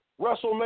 Wrestlemania